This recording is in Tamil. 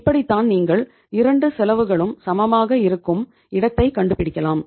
இப்படித்தான் நீங்கள் இரண்டு செலவுகளும் சமமாக இருக்கும் இடத்தை கண்டுபிடிக்கலாம்